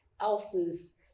else's